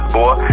Boy